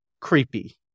Creepy